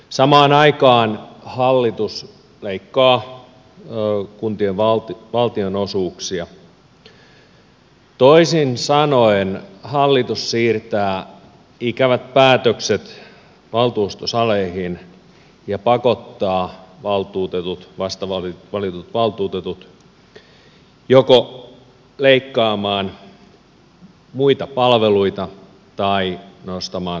samaan aikaan hallitus leikkaa kuntien valtionosuuksia toisin sanoen hallitus siirtää ikävät päätökset valtuustosaleihin ja pakottaa vastavalitut valtuutetut joko leikkaamaan muita palveluita tai nostamaan tasaveroja